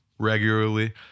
Regularly